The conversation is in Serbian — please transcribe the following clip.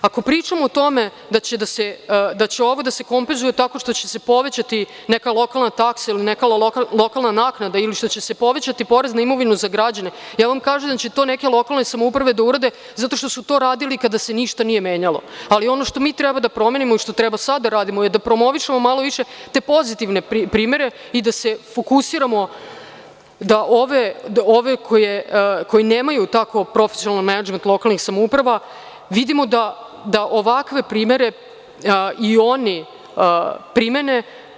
Ako pričamo o tome da će ovo da se kompenzuje tako što će se povećati neka lokalna taksa ili neka lokalna naknada ili što će se povećati porez na imovinu za građane, kažem vam da će to neke lokalne samouprave da urade zato što su to radili kada se ništa nije menjalo, ali ono što mi treba da promenimo i što treba sad da radimo je da promovišemo malo više te pozitivne primere i da se fokusiramo da ovi koji nemaju tako profesionalni menadžment lokalnih samouprava, vidimo da ovakve primere i oni primene.